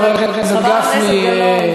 חבר הכנסת גפני,